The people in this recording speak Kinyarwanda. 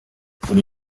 muri